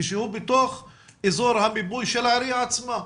כשהוא בתוך אזור המיפוי של העירייה עצמה?